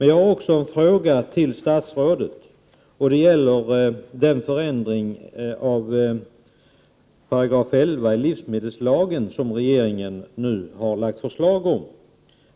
Jag har en fråga att ställa till statsrådet som gäller den förändring i 11 § livsmedelslagen som regeringen nu har lagt fram förslag om.